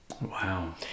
Wow